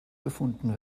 gefunden